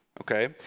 okay